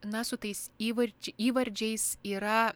na su tais įvarč įvardžiais yra